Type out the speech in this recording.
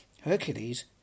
hercules